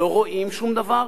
לא רואים שום דבר,